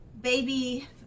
baby